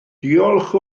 diolch